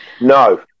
No